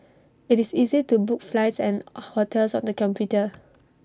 IT is easy to book flights and hotels on the computer